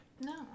No